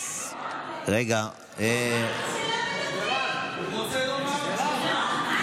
הוא רוצה לומר תודה.